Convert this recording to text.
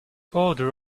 odor